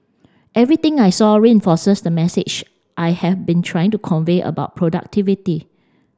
everything I saw reinforces the message I have been trying to convey about productivity